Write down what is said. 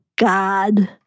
God